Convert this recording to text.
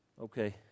Okay